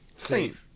clean